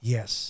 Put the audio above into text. Yes